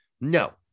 No